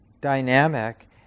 dynamic